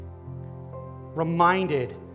Reminded